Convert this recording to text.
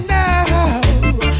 now